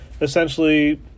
essentially